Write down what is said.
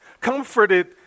comforted